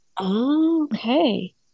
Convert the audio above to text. Okay